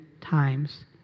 times